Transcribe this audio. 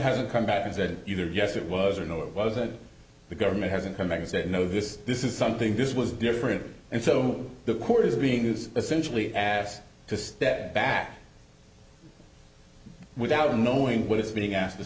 has come back and said either yes it was or no it wasn't the government hasn't come back and said no this this is something this was different and so the court is being is essentially asked to step back without knowing what is being asked to